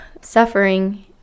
suffering